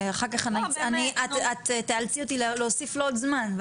את תאלצי אותי להוסיף לו עוד זמן.